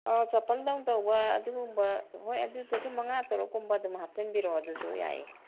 ꯑꯧ ꯆꯄꯜꯗꯧ ꯇꯧꯕ ꯑꯗꯨꯒꯨꯝꯕ ꯍꯣꯏ ꯑꯗꯨꯗꯁꯨ ꯃꯉꯥ ꯇꯔꯨꯛ ꯀꯨꯝꯕ ꯑꯗꯨꯝ ꯍꯥꯞꯆꯤꯟꯕꯤꯔꯛꯑꯣ ꯑꯗꯨꯁꯨ ꯌꯥꯏꯌꯦ